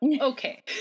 Okay